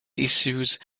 issues